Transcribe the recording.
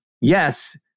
yes